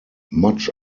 much